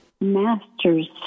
masters